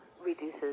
reduces